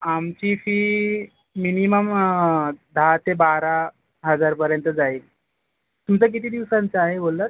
आमची fee minimum दहा ते बारा हजारपर्यंत जाईल तुमचा किती दिवसांचा आहे बोललात